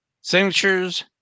signatures